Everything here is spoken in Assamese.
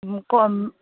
মোক